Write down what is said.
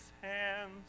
hands